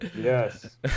Yes